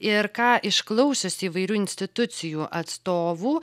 ir ką išklausius įvairių institucijų atstovų